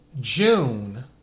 June